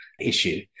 issue